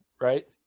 right